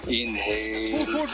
inhale